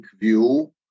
view